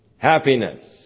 Happiness